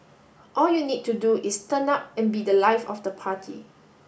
all you need to do is turn up and be The Life of the party